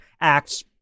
acts